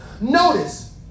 Notice